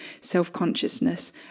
self-consciousness